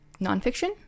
nonfiction